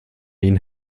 ihnen